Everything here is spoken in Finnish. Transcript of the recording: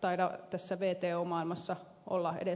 taida tässä wto maailmassa olla edes mahdollista